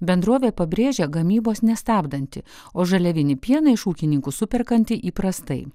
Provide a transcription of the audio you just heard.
bendrovė pabrėžia gamybos nestabdanti o žaliavinį pieną iš ūkininkų superkanti įprastai